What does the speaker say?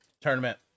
tournament